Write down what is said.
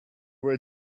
were